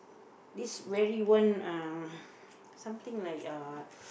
this very one uh something like uh